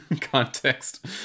context